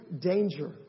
danger